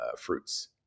fruits